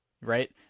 right